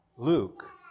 Luke